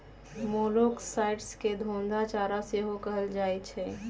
मोलॉक्साइड्स के घोंघा चारा सेहो कहल जाइ छइ